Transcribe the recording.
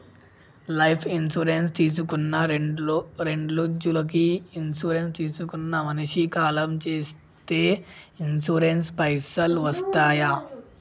Life insurance తీసుకున్న రెండ్రోజులకి insurance తీసుకున్న మనిషి కాలం చేస్తే ఇన్సూరెన్స్ పైసల్ వస్తయా?